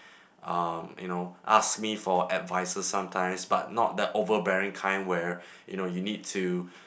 uh you know ask me for advices sometimes but not the overbearing kind where you know you need to